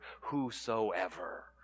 whosoever